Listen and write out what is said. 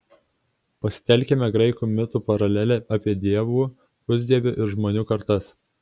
pasitelkime graikų mitų paralelę apie dievų pusdievių ir žmonių kartas